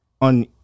on